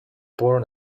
born